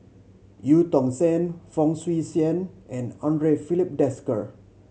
Eu Tong Sen Fong Swee Suan and Andre Filipe Desker